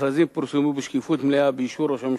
המכרזים פורסמו בשקיפות מלאה באישור ראש הממשלה.